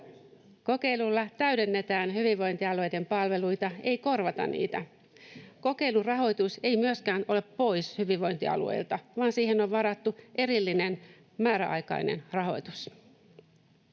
Kokeilulla täydennetään hyvinvointialueiden palveluita, ei korvata niitä. Kokeilun rahoitus ei myöskään ole pois hyvinvointialueilta, vaan siihen on varattu erillinen määräaikainen rahoitus.